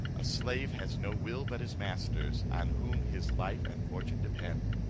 a slave has no will but his master's, on whom his life and fortune depend.